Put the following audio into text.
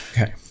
okay